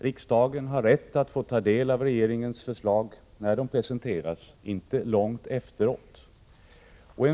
Riksdagen har rätt att få ta del av regeringens förslag när de presenteras, inte långt efteråt.